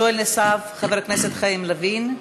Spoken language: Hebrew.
שואל נוסף, חבר הכנסת חיים ילין.